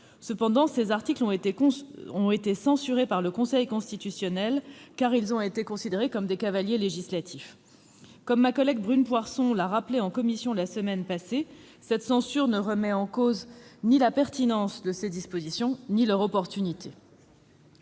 Cependant, ces articles ont été censurés par le Conseil constitutionnel, qui les a considérés comme des cavaliers législatifs. Comme l'a rappelé ma collègue Brune Poirson en commission la semaine passée, cette censure ne remet en cause ni la pertinence des dispositions ni leur opportunité.